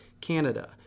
Canada